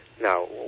Now